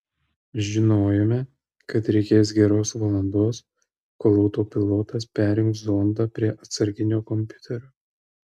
žinojome kad reikės geros valandos kol autopilotas perjungs zondą prie atsarginio kompiuterio